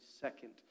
second